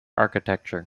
architecture